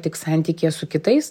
tik santykyje su kitais